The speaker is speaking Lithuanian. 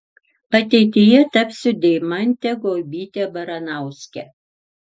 ateityje tapsiu deimante guobyte baranauske